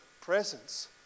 presence